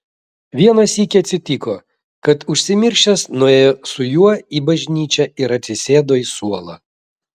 vieną sykį atsitiko kad užsimiršęs nuėjo su juo į bažnyčią ir atsisėdo į suolą